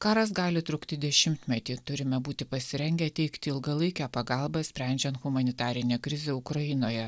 karas gali trukti dešimtmetį turime būti pasirengę teikti ilgalaikę pagalbą sprendžiant humanitarinę krizę ukrainoje